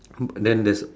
then there's